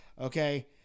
Okay